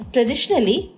Traditionally